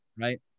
right